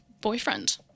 boyfriend